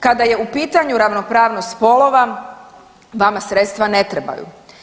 Kada je u pitanju ravnopravnost spolova, vama sredstva ne trebaju.